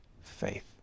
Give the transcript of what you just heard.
faith